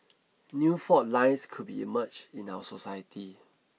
new fault lines could be emerged in our society